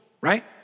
right